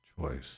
choice